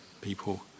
people